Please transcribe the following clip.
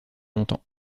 longtemps